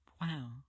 Wow